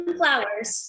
flowers